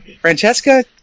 Francesca